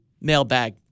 mailbag